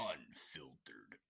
Unfiltered